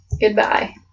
Goodbye